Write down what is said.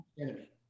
enemy